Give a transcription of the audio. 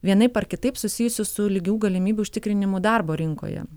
vienaip ar kitaip susijusių su lygių galimybių užtikrinimu darbo rinkoje